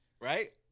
right